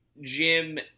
Jim